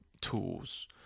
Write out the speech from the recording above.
tools